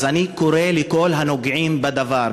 אז אני קורא לכל הנוגעים בדבר,